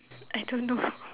I don't know